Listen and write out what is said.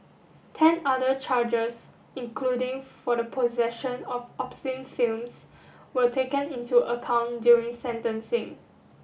ten other charges including for the possession of obscene films were taken into account during sentencing